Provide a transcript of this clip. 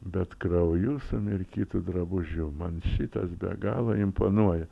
bet krauju sumirkytu drabužiu man šitas be galo imponuoja